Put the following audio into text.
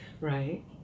Right